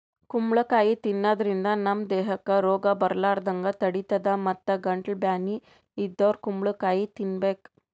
ಕುಂಬಳಕಾಯಿ ತಿನ್ನಾದ್ರಿನ್ದ ನಮ್ ದೇಹಕ್ಕ್ ರೋಗ್ ಬರಲಾರದಂಗ್ ತಡಿತದ್ ಮತ್ತ್ ಗಂಟಲ್ ಬ್ಯಾನಿ ಇದ್ದೋರ್ ಕುಂಬಳಕಾಯಿ ತಿನ್ಬೇಕ್